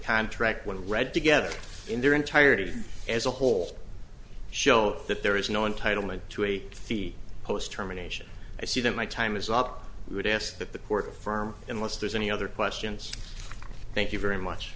contract when read together in their entirety as a whole show that there is no entitlement to a fee post terminations i see that my time is up we would ask that the court firm unless there's any other questions thank you very much